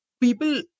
people